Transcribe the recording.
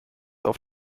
auf